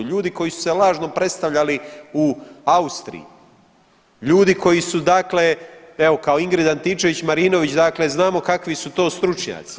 Ljudi koji su se lažno predstavljali u Austriji, ljudi koji su dakle evo kao Ingrid Antičević Marinović dakle znamo kakvi su to stručnjaci.